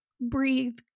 breathe